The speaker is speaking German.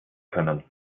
können